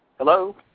Hello